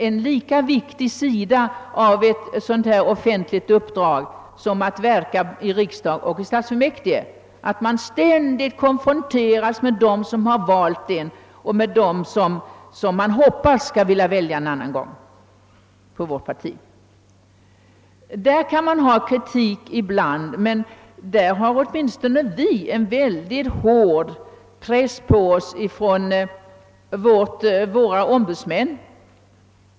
En lika viktig sida av ett offentligt uppdrag — i riksdag och i stadsfullmäktige — är att ständigt konfronteras med dem som har valt en och dem, som man hoppas skall rösta på partiet en annan gång. I det avseendet kan man rikta kritik mot en del ledamöter ibland, men åtminstone vi har en mycket hård press på oss från våra ombudsmän.